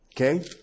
Okay